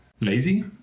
lazy